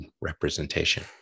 representation